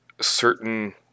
certain